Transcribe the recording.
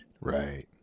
Right